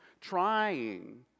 trying